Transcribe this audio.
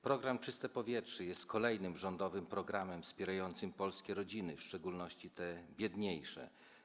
Program „Czyste powietrze” jest kolejnym rządowym programem wspierającym polskie rodziny, w szczególności te biedniejsze.